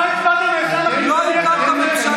אתה הצבעת, אתם מקנאים, לא הקמת ממשלה.